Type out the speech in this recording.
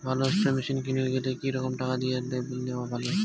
ভালো spray machine কিনির গেলে কি রকম টাকা দিয়া নেওয়া ভালো?